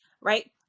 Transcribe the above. right